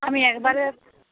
আমি একবারে